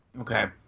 Okay